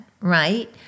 Right